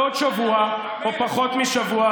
המיועד להיות מושבע על הדוכן הזה בעוד שבוע או פחות משבוע,